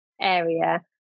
area